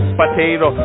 potato